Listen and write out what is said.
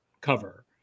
cover